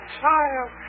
child